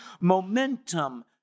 Momentum